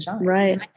Right